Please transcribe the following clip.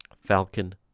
Falcon